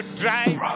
drive